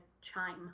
chime